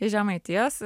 iš žemaitijos